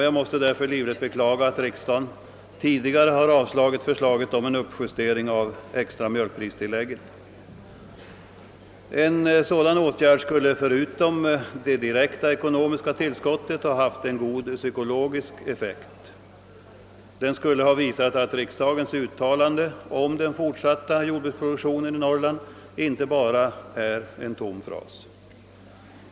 Jag beklagar därför livligt att riksdagen tidigare har avslagit förslaget om en uppjustering av det extra mjölkpristillägget. Utöver det direkta ekonomiska tillskottet skulle en sådan åtgärd ha haft en god psykologisk effekt. Den skulle ha visat att riksdagens uttalande om den fortsatta jordbruksproduktionen i Norrland inte bara är en tom fras.